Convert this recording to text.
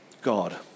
God